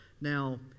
Now